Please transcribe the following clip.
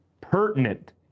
pertinent